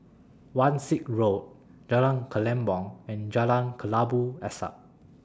Wan Shih Road Jalan Kelempong and Jalan Kelabu Asap